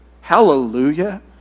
Hallelujah